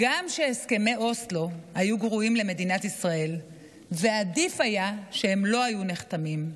הגם שהסכמי אוסלו היו גרועים למדינת ישראל ועדיף היה שלא היו נחתמים,